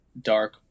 dark